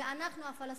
ואנחנו הפלסטינים,